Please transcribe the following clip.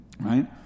Right